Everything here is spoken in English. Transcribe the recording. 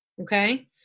okay